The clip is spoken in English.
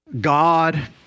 god